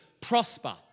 prosper